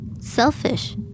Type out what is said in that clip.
Selfish